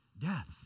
death